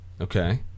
Okay